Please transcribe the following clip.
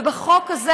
ובחוק הזה,